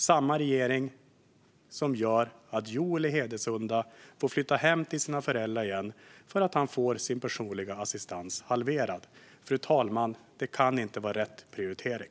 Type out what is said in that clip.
Denna regering gör också så att Joel i Hedesunda får flytta hem till sina föräldrar igen eftersom han får sin personliga assistans halverad. Fru talman! Det kan inte vara rätt prioritering.